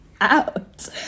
out